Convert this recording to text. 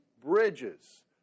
bridges